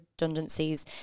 redundancies